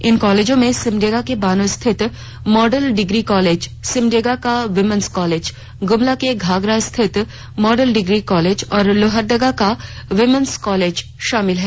इन कालेजों में सिमडेगा के बानो स्थित मॉडल डिग्री कालेज सिमडेगा का वीमेंस कालेज गुमला के घाघरा गांव स्थित मॉडल डिग्री कालेज और लोहरदगा का वीमेंस कालेज शामिल है